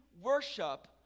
worship